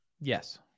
Yes